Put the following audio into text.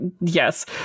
yes